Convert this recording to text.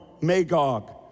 Magog